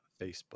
Facebook